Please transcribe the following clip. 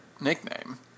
nickname